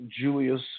Julius